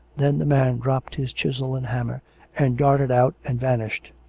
then the man dropped his chisel and hammer and darted out and vanished.